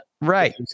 Right